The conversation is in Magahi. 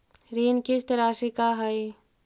ऋण किस्त रासि का हई?